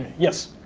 yes.